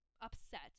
upset